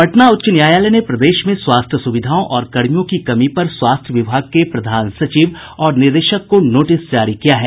पटना उच्च न्यायालय ने प्रदेश में स्वास्थ्य सुविधाओं और कर्मियों की कमी पर स्वास्थ्य विभाग के प्रधान सचिव और निदेशक को नोटिस जारी किया है